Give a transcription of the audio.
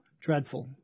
Dreadful